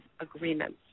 agreements